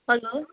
hello